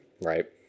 right